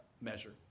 measure